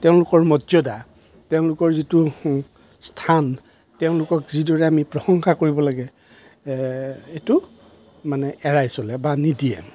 তেওঁলোকৰ মৰ্য্য়দা তেওঁলোকৰ যিটো স্থান তেওঁলোকক যিদৰে আমি প্ৰশংসা কৰিব লাগে এইটো মানে এৰাই চলে বা নিদিয়ে